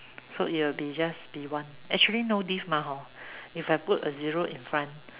so it will be just be one actually no diff mah hor if I put a zero in front